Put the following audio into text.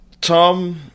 Tom